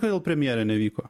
kodėl premjerė nevyko